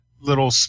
little